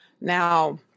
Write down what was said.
Now